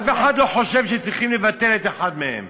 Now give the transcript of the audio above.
אף אחד לא חושב שצריכים לבטל אחת מהן.